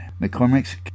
McCormick's